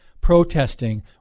protesting